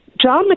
John